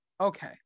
Okay